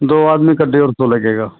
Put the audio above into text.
दो आदमी का डेढ़ सौ लगेगा